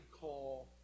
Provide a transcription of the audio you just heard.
call